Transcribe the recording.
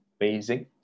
amazing